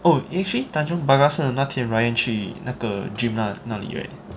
oh actually tanjong pagar 是那天 ryan 去那个 gym ah 那里 right